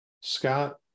Scott